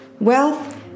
Wealth